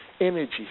energy